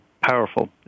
powerful